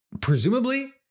presumably